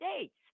States